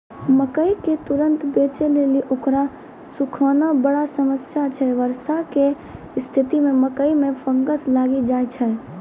मकई के तुरन्त बेचे लेली उकरा सुखाना बड़ा समस्या छैय वर्षा के स्तिथि मे मकई मे फंगस लागि जाय छैय?